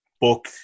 book